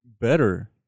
better